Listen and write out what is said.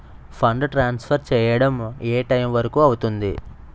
Fund transfer చేయడం ఏ time వరుకు అవుతుంది?